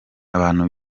abantu